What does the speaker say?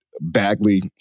Bagley